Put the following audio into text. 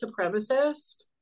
supremacist